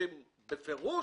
שבפירוש